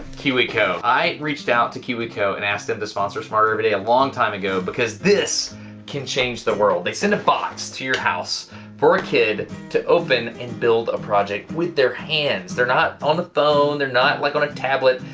kiwi co. i reached out to kiwi co and asked them to sponsor smarter every day a long time ago because this can change the world. they send a box to your house for a kid to open and build a project with their hands. hands. they're not on a phone, they're not like on a tablet,